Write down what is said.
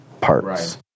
parts